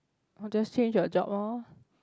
just change your job lor